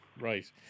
Right